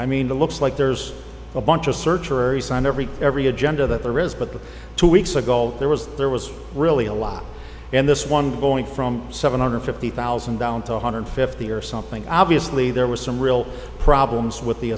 i mean the looks like there's a bunch of search areas on every every agenda that there is but the two weeks ago there was there was really a lot in this one going from seven hundred fifty thousand down to one hundred fifty or something obviously there was some real problems with the